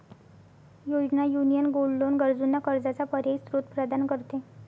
योजना, union gold loan गरजूंना कर्जाचा पर्यायी स्त्रोत प्रदान करते